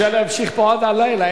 אפשר להמשיך פה עד הלילה,